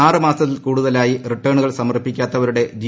ആറ് മാസത്തിൽ കൂടുതലായി റിട്ടേണുകൾ സമർപ്പിക്കാത്തവരുടെ ജി